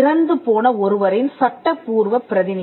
இறந்துபோன ஒருவரின் சட்டப்பூர்வ பிரதிநிதி